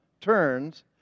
turns